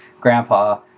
grandpa